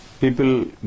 people